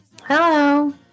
Hello